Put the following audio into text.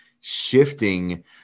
shifting